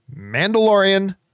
Mandalorian